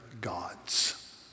gods